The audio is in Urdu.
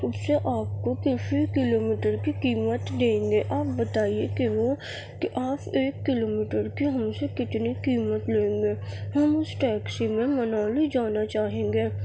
اس سے آپ کو کہ فی کلومیٹر کی قیمت دیں گے آپ بتائیے کہ وہ کہ آپ ایک کلومیٹر کے ہم سے کتنی قیمت لیں گے ہم اس ٹیکسی میں منالی جانا چاہیں گے